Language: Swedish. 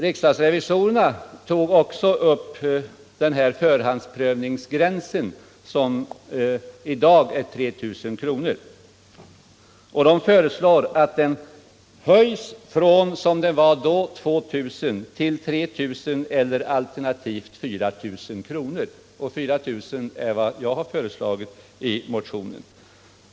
Riksdagsrevisorerna har också till behandling tagit upp förhandsprövningsgränsen, som i dag är 3 000 kr., och föreslagit att den höjs från det tidigare beloppet 2 000 kr. till 3 000 eller alternativt 4 000 kr. — och 4 000 kr. är också vad jag har föreslagit i motionen.